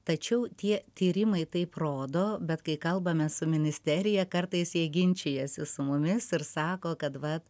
tačiau tie tyrimai taip rodo bet kai kalbame su ministerija kartais jie ginčijasi su mumis ir sako kad vat